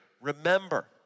Remember